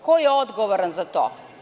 Ko je odgovoran za to?